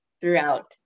throughout